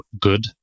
good